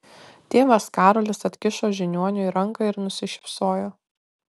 tėvas karolis atkišo žiniuoniui ranką ir nusišypsojo